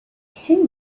king